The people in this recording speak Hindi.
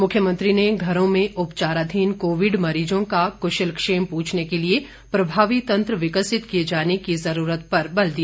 मुख्यमंत्री ने घरों में उपचाराधीन कोविड मरीजों का कुशलक्षेम पूछने के लिए प्रभावी तंत्र विकसित किए जाने की ज़रूरत पर बल दिया